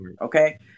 okay